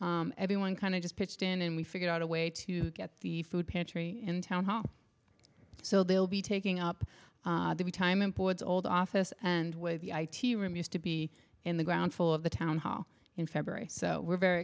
everyone kind of just pitched in and we figured out a way to get the food pantry in town hall so they'll be taking up the time employed old office and with the i t room used to be in the ground full of the town hall in february so we're very